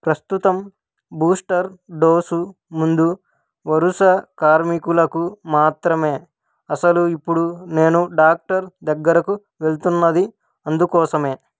ప్రస్తుతం booster dose ముందు వరుస కార్మికులకు మాత్రమే అసలు ఇప్పుడు నేను డాక్టర్ దగ్గరకు వెళ్తున్నది అందుకోసమే